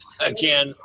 Again